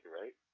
right